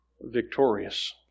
victorious